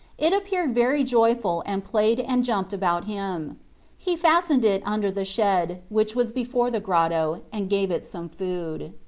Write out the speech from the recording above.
it appeared very joyful and played and jumped about him he fas tened it under the shed, which was be fore the grotto, and gave it some food.